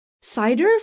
Cider